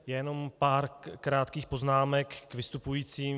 Jenom pár krátkých poznámek k vystupujícím.